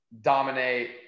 dominate